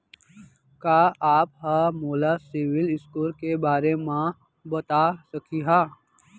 का आप हा मोला सिविल स्कोर के बारे मा बता सकिहा?